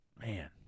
man